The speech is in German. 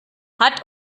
hat